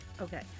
Okay